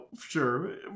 sure